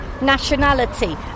nationality